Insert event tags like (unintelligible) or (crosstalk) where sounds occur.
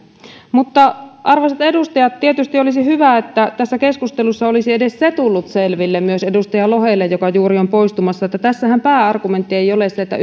mutta arvoisat edustajat tietysti olisi hyvä että tässä keskustelussa olisi edes se tullut selville myös edustaja lohelle joka juuri on poistumassa että tässähän pääargumentti ei ole se että (unintelligible)